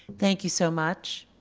thank you so much,